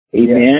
Amen